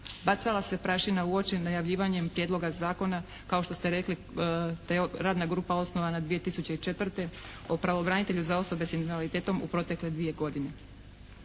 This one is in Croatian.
Bacala se prašina u oči najavljivanjem Prijedloga zakona kao što ste rekli radna grupa osnovana 2004., o pravobranitelju za osobe s invaliditetom u protekle dvije godine.